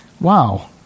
wow